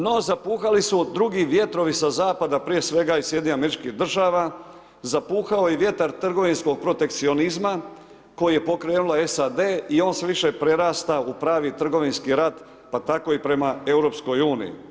No zapuhali su drugi vjetrovi sa zapada, prije svega iz SAD-a zapuhao je i vjetar trgovinskog protekcionizma koji je pokrenula SAD i on sve više prerasta u pravi trgovinski rat pa tako i prema EU.